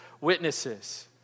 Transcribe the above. witnesses